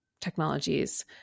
technologies